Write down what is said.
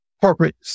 corporate